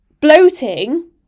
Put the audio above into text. Bloating